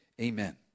amen